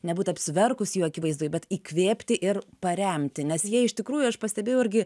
nebūt apsiverkus jų akivaizdoj bet įkvėpti ir paremti nes jie iš tikrųjų aš pastebėjau irgi